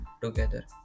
together